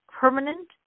permanent